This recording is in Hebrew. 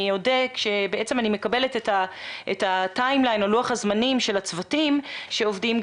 כשאני מקבלת את לוח הזמנים של הצוותים שעובדים,